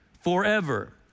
forever